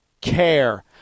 care